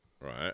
right